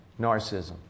narcissism